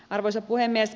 arvoisa puhemies